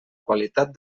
qualitat